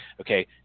okay